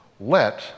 let